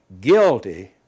Guilty